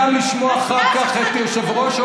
החזון שלכם זה בחירות, בחירות ועוד בחירות.